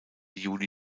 juli